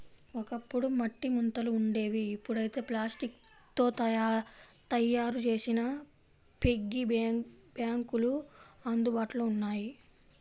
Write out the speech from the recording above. ఒకప్పుడు మట్టి ముంతలు ఉండేవి ఇప్పుడైతే ప్లాస్టిక్ తో తయ్యారు చేసిన పిగ్గీ బ్యాంకులు అందుబాటులో ఉన్నాయి